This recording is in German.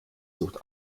sucht